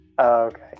okay